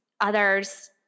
others